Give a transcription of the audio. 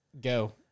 Go